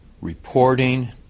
reporting